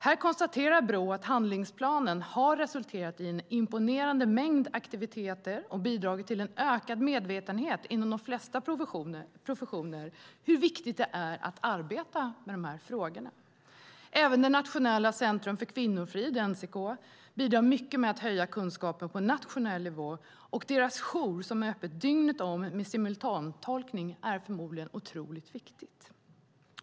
Här konstaterar Brå att handlingsplanen har resulterat i en imponerande mängd aktiviteter och bidragit till en ökad medvetenhet inom de flesta professioner om hur viktigt det är att arbeta med de här frågorna. Även Nationellt centrum för kvinnofrid, NCK, bidrar mycket med att höja kunskapen på nationell nivå. Deras jour, som är öppen dygnet runt och med simultantolkning, är förmodligen otroligt viktig.